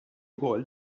ukoll